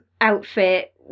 outfit